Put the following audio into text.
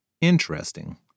interesting